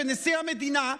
ונשיא המדינה?